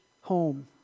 home